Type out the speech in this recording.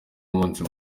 umunsi